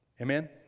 Amen